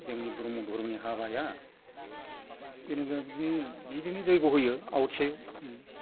जोंनि ब्रह्मनि हाबाया जेनेबा बिदिनो बिदिनो जय्ग होयो आवथि होयो